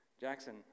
Jackson